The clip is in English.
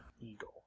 eagle